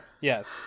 Yes